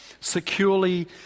securely